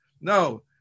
No